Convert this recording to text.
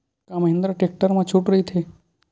का महिंद्रा टेक्टर मा छुट राइथे?